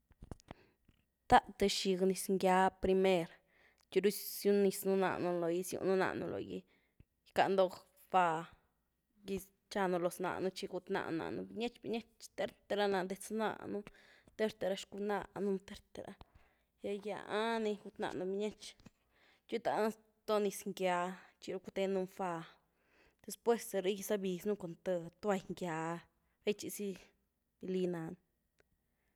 Táa'h th bxig niz ngýa primer txiru gysiwniz nu’ náanu lo’gy, gy siwnu náanu logygycanuu doh fá gytchánu loz-nánutxi gút-nanu nánu binietx-binietx, térte ra na- detz nánu, térte ra xcunánu térte rá, te gýáni, gút-nanu binietx, txi gytánu ztó niz ngýa txi cútenu ny fá, desúés de ny gysabiznu ni cun th toall ngýa, bëy-txi zy valy nany.